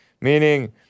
meaning